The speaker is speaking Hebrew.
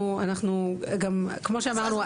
כמו שאמרנו,